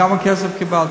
כמה כסף קיבלתי.